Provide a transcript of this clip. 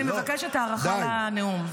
אני מבקשת הארכה לנאום.